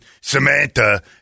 Samantha